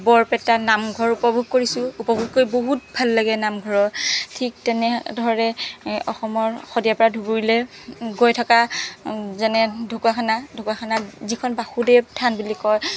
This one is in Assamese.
বৰপেটা নামঘৰ উপভোগ কৰিছো উপভোগ কৰি বহুত ভাল লাগে নামঘৰৰ ঠিক তেনেদৰে অসমৰ শদিয়াৰ পৰা ধুবুৰীলৈ গৈ থকা যেনে ঢকুৱাখানা ঢকুৱাখানাত যিখন বাসুদেৱ থান বুলি কয়